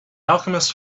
alchemist